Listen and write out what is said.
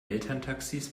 elterntaxis